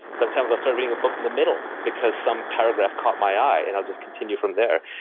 sometimes i'll start reading a book in the middle because some paragraph caught my eye and i'll just continue from there.